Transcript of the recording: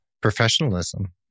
professionalism